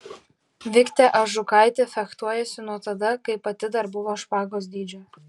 viktė ažukaitė fechtuojasi nuo tada kai pati dar buvo špagos dydžio